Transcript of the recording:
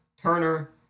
Turner